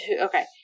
okay